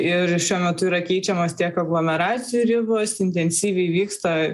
ir šiuo metu yra keičiamas tiek aglomeracijų ribos intensyviai vyksta